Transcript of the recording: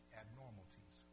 abnormalities